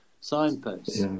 signposts